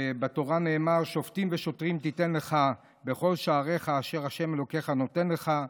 בתורה נאמר: "שֹפטים ושֹטרים תִתן לך בכל שעריך אשר ה' אלהיך נותן לך,